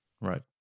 Right